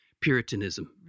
Puritanism